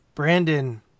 Brandon